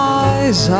eyes